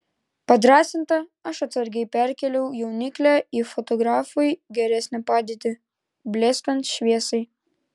padrąsinta aš atsargiai perkėliau jauniklę į fotografui geresnę padėtį blėstant šviesai